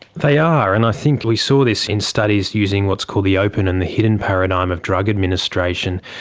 they are, and i think we saw this in studies using what's called the open and the hidden paradigm of drug administration,